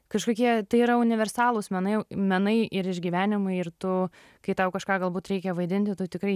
kažkokie tai yra universalūs menai menai ir išgyvenimai ir tu kai tau kažką galbūt reikia vaidinti tu tikrai